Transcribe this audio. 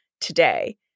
today